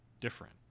different